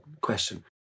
question